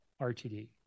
RTD